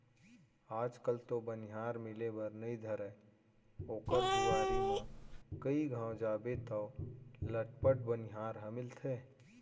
आज कल तो बनिहार मिले बर नइ धरय ओकर दुवारी म कइ घौं जाबे तौ लटपट बनिहार ह मिलथे